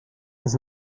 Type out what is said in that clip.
ins